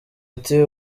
ati